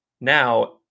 Now